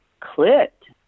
clicked